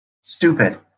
stupid